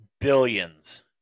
billions